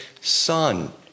son